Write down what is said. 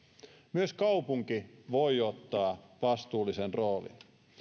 myös kaupunki voi ottaa vastuullisen roolin